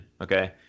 Okay